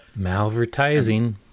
Malvertising